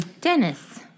Dennis